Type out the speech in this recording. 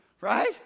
right